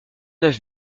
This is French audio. neuf